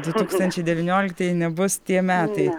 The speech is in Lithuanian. du tūkstančiai devynioliktieji nebus tie metai